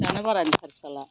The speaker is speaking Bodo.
दाना बारा एन्थारेस जाला